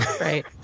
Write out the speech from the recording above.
Right